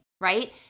right